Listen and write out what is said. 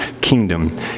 kingdom